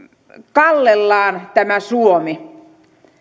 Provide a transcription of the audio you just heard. kallellaan tämä suomi